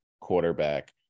quarterback